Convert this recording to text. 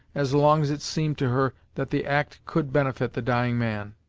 as long as it seemed to her that the act could benefit the dying man.